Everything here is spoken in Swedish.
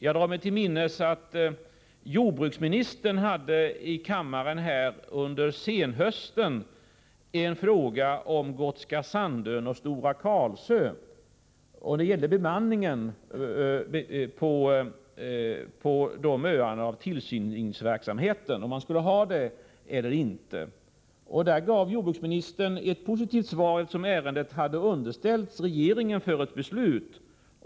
Jag drar mig till minnes att jordbruksministern under senhösten här i kammaren fick en fråga om huruvida bemanningen och tillsynsverksamheten på Gotska Sandön och Stora Karlsö skulle finnas kvar eller inte. Jordbruksministern gav ett positivt svar, efter att ärendet hade underställts regeringen för beslut.